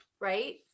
right